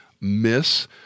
miss